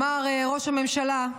אמר ראש הממשלה: